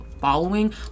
following